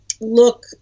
look